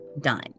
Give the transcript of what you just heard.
done